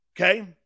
Okay